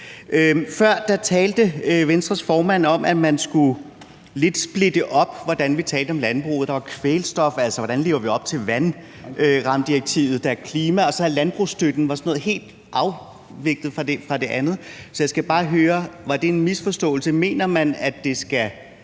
Før talte Venstres formand om, at man lidt skulle splitte det op, i forhold til hvordan vi taler om landbruget. Der er det med kvælstof, altså hvordan vi lever op til vandrammedirektivet, og så er der klima, og så er der landbrugsstøtten, som var noget sådan helt andet. Så jeg skal bare høre: Var det en misforståelse? Mener man, at det skal